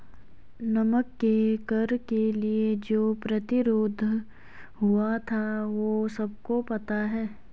नमक के कर के लिए जो प्रतिरोध हुआ था वो सबको पता है